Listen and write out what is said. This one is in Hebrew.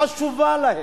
חשוב להם.